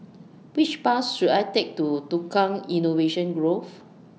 Which Bus should I Take to Tukang Innovation Grove